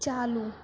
چالو